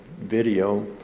video